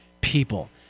people